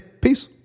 Peace